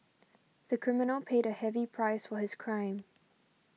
the criminal paid a heavy price for his crime